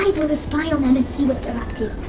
to spy on them and see what their up to.